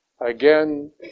again